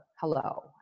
Hello